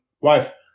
wife